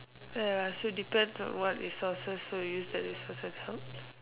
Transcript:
ya so it depends on what resources were used that resource would help